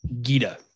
Gita